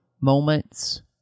moments